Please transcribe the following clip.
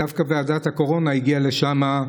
דווקא ועדת הקורונה הגיעה לשם,